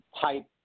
type